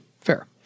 Fair